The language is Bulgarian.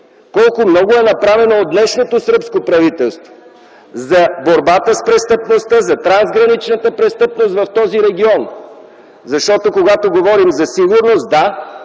колко много е направено от днешното сръбско правителство за борбата с престъпността, за трансграничната престъпност в този регион. Защото когато говорим за сигурност – да,